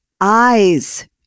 eyes